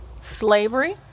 Slavery